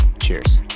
Cheers